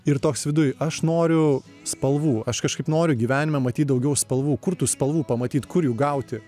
ir toks viduj aš noriu spalvų aš kažkaip noriu gyvenime matyt daugiau spalvų kur tų spalvų pamatyt kur jų gauti